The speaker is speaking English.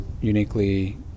uniquely